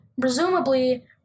Presumably